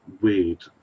weird